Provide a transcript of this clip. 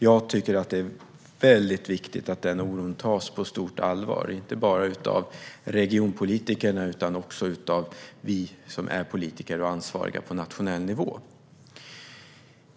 Jag tycker att det är mycket viktigt att den oron tas på allvar, inte bara av regionpolitikerna utan också av oss som är politiker och ansvariga på nationell nivå.